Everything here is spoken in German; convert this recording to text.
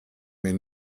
mir